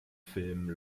film